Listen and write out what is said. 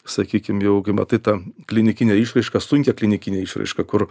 sakykim jau kai matai tą klinikinę išraišką sunkią klinikinę išraišką kur